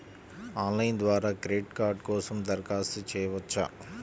Online ద్వారా credit card కోసం దరఖాస్తు చేయవచ్చా?